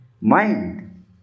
mind